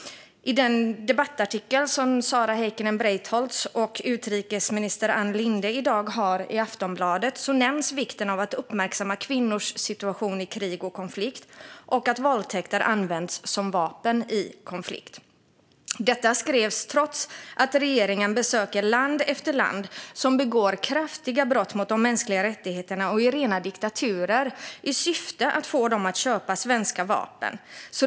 I den debattartikel av Sara Heikkinen Breitholtz och utrikesminister Ann Linde som finns i Aftonbladet i dag nämns vikten av att uppmärksamma kvinnors situation i krig och konflikt och att våldtäkter används som vapen i konflikt. Detta skrevs trots att regeringen besöker land efter land som begår grova brott mot de mänskliga rättigheterna och som är rena diktaturer, i syfte att få dem att köpa svenska vapen.